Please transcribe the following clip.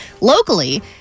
Locally